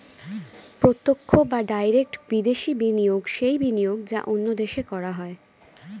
প্রত্যক্ষ বা ডাইরেক্ট বিদেশি বিনিয়োগ সেই বিনিয়োগ যা অন্য দেশে করা হয়